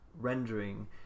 rendering